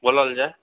बोलल जाय